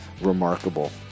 remarkable